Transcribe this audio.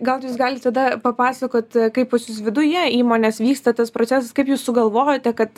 gal jūs galit tada papasakot kaip pas jus viduje įmonės vyksta tas procesas kaip jūs sugalvojote kad